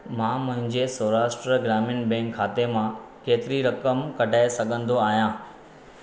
मां मुंहिंजे सौराष्ट्र ग्रामीण बैंक खाते मां केतिरी रक़म कढाए सघंदो आहियां